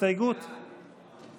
הסתייגות 28 לא נתקבלה.